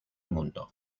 mundo